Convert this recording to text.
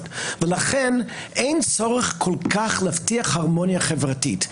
ולכן אין צורך כל-כך להבטיח הרמוניה חברתית.